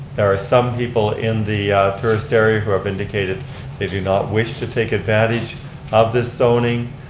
there are some people in the tourist area who have indicated they do not wish to take advantage of this zoning.